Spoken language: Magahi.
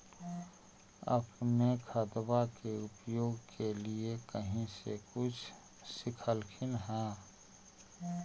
अपने खादबा के उपयोग के लीये कही से कुछ सिखलखिन हाँ?